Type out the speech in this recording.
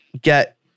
get